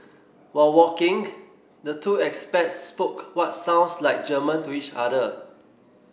while walking the two expats spoke what sounds like German to each other